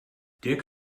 dirk